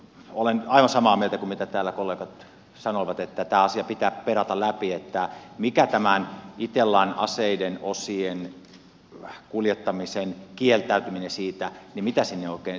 olen aivan samaa mieltä kuin mitä täällä kollegat sanovat että tämä asia pitää perata läpi että mitä tähän itellan aseiden osien kuljettamisen kieltäytymiseen oikein sisältyy